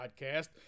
podcast